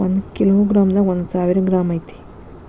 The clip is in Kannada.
ಒಂದ ಕಿಲೋ ಗ್ರಾಂ ದಾಗ ಒಂದ ಸಾವಿರ ಗ್ರಾಂ ಐತಿ